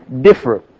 differ